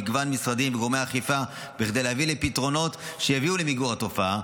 מגוון משרדים וגורמי אכיפה כדי להביא לפתרונות שיביאו למיגור התופעה.